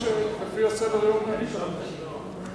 לפי סדר-היום אני צריך לדבר.